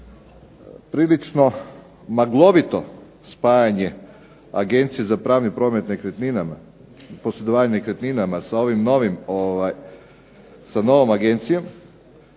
prilično maglovito spajanje Agencije za pravni promet nekretninama, posredovanje nekretninama sa ovim novim,